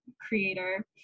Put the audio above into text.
creator